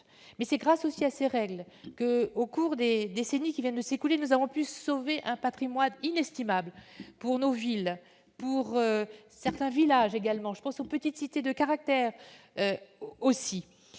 Mais c'est aussi grâce à ces règles que, au cours des décennies qui viennent de s'écouler, nous avons pu sauver un patrimoine inestimable pour nos villes, pour certains de nos villages et pour nos petites cités de caractère.